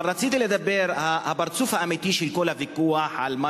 רציתי לדבר על הפרצוף האמיתי של כל הוויכוח על מה